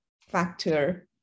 factor